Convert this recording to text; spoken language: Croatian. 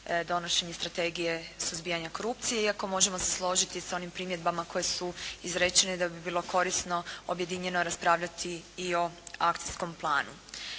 donošenje Strategije suzbijanja korupcije iako možemo se složiti s onim primjedbama koje su izrečene da bi bilo korisno objedinjeno raspravljati i o akcijskom planu.